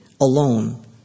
alone